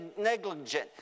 negligent